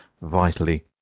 vitally